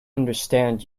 understand